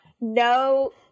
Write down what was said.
no